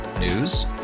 News